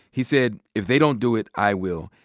he said, if they don't do it, i will.